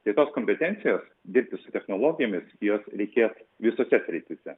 tai tos kompetencijos dirbti su technologijomis jos reikės visose srityse